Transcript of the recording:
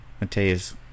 Mateus